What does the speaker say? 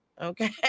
okay